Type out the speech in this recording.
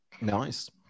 Nice